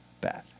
bad